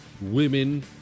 women